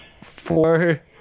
Four